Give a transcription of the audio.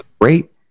Great